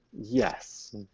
Yes